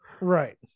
Right